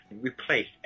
replace